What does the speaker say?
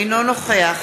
אינו נוכח